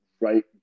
right